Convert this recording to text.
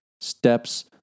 steps